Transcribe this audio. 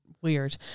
weird